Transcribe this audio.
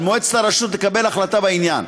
על מועצת הרשות לקבל החלטה בעניין.